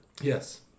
Yes